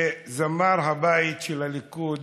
שזמר הבית של הליכוד